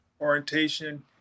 orientation